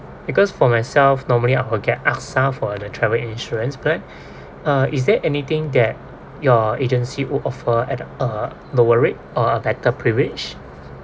because for myself normally I will get A_X_A for the travel insurance plan uh is there anything that your agency would offer at a lower rate or better privilege